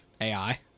AI